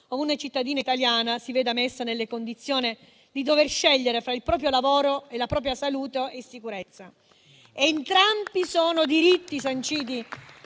o una cittadina italiana si veda messa nella condizione di dover scegliere fra il proprio lavoro e la propria salute e sicurezza. Entrambi sono diritti sanciti